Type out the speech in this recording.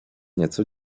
nieco